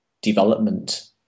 development